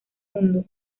mundo